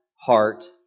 heart